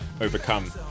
overcome